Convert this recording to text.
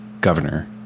governor